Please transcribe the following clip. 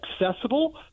accessible